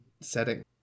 setting